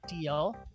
deal